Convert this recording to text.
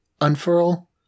unfurl